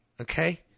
Okay